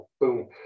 boom